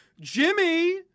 Jimmy